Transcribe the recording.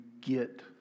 get